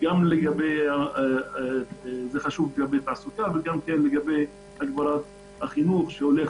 גם לגבי תעסוקה וגם לגבי החינוך שהולך